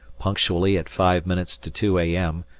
punctually at five minutes to two a m.